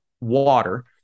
water